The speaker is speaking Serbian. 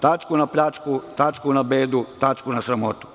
Tačku na pljačku, tačku na bedu, tačku na sramotu.